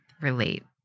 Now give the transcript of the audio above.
relate